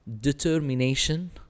determination